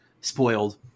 spoiled